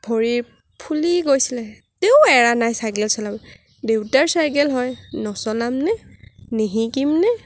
ভৰি ফুলি গৈছিলে তেওঁ এৰা নাই চাইকেল চলাবলৈ দেউতাৰ চাইকেল হয় নচলাম নে নিশিকিম নে